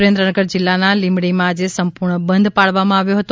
સુરેન્મનગર જિલ્લાના લીમડીમાં આજે સંપૂર્ણ બંધ પાળવામાં આવ્યો હતો